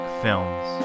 films